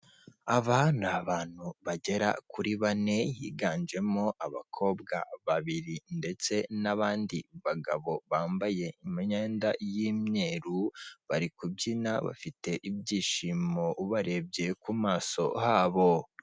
Aba ni abantu bagera kuri bane higanjemo abakobwa babiri ndetse n'abandi bagabo bambaye imyenda y'imyeru, bari kubyina bafite ibyishimo ubarebye ku maso habo.